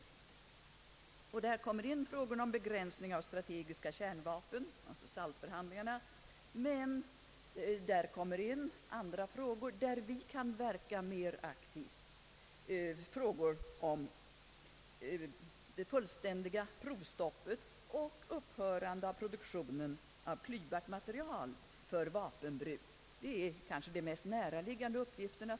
Det gäller i detta sammanhang frågan om begränsning av strategiska kärnvapen men också andra frågor där vi kan verka mer aktivt — det fullständiga provstoppet och upphörande av produktionen av klyvbart material för vapen bruk. Detta är kanske de för oss mest närliggande uppgifterna.